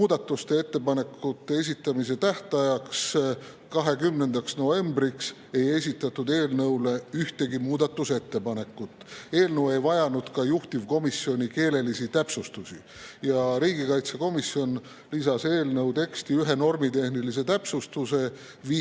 Muudatusettepanekute esitamise tähtajaks, 20. novembriks ei esitatud eelnõu kohta ühtegi muudatusettepanekut. Eelnõu ei vajanud ka juhtivkomisjoni keelelisi täpsustusi. Riigikaitsekomisjon lisas eelnõu teksti ühe normitehnilise täpsustuse, viite